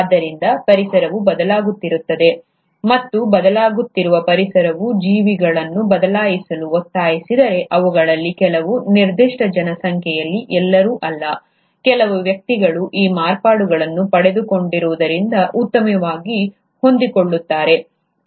ಆದ್ದರಿಂದ ಪರಿಸರವು ಬದಲಾಗುತ್ತಿದ್ದರೆ ಮತ್ತು ಬದಲಾಗುತ್ತಿರುವ ಪರಿಸರವು ಜೀವಿಗಳನ್ನು ಬದಲಾಯಿಸಲು ಒತ್ತಾಯಿಸಿದರೆ ಅವುಗಳಲ್ಲಿ ಕೆಲವು ನಿರ್ದಿಷ್ಟ ಜನಸಂಖ್ಯೆಯಲ್ಲಿ ಎಲ್ಲರೂ ಅಲ್ಲ ಕೆಲವು ವ್ಯಕ್ತಿಗಳು ಈ ಮಾರ್ಪಾಡುಗಳನ್ನು ಪಡೆದುಕೊಂಡಿರುವುದರಿಂದ ಉತ್ತಮವಾಗಿ ಹೊಂದಿಕೊಳ್ಳುತ್ತಾರೆ